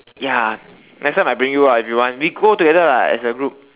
ya next time I bring you ah if you want we go together lah as a group